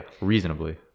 reasonably